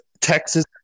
Texas